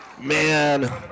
Man